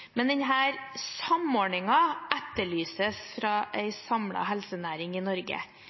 etterlyses fra en samlet helsenæring i Norge.